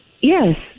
Yes